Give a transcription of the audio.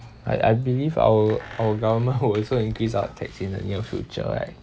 I I believe our our government would also increase our tax in the near future right